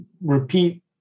repeat